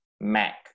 Mac